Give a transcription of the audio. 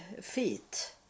feet